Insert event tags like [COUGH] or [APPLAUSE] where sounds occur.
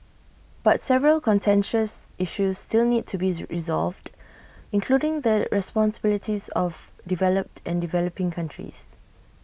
but several contentious issues still need to be [UNINTELLIGIBLE] resolved including the responsibilities of developed and developing countries